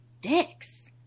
dicks